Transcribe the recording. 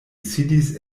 sidis